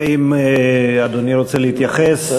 אם אדוני רוצה להתייחס,